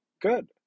good